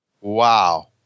Wow